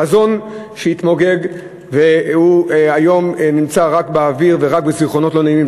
חזון שהתפוגג והיום הוא נמצא רק באוויר ובזיכרונות לא נעימים,